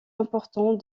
important